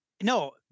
No